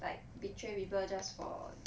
like betray people just for